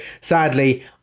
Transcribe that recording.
sadly